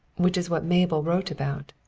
which is what mabel wrote about.